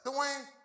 Dwayne